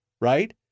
right